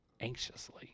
anxiously